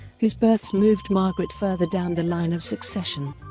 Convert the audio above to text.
whose births moved margaret further down the line of succession.